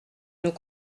nous